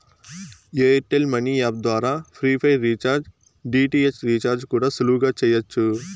air tell money app ద్వారా prepaid recharge, DTH recharge కూడా సులువుగా చెయ్యచ్చు